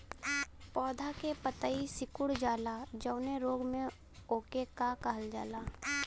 पौधन के पतयी सीकुड़ जाला जवने रोग में वोके का कहल जाला?